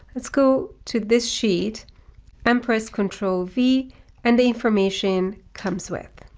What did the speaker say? let's go to this sheet and press control v and the information comes with.